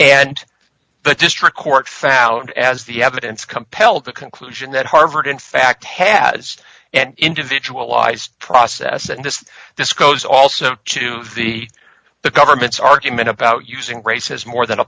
and the district court found as the evidence compelled the conclusion that harvard in fact has an individualized process and this this goes also to the the government's argument about using race has more than a